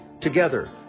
Together